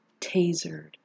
tasered